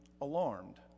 alarmed